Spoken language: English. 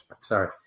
sorry